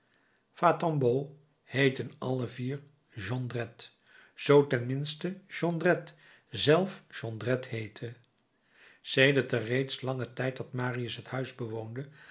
alle vier jondrette zoo ten minste jondrette zelf jondrette heette sedert den reeds langen tijd dat marius het huis bewoonde